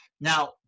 Now